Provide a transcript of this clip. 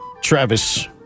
Travis